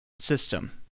system